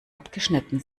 abgeschnitten